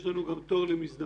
יש לנו גם תור למזדמנים,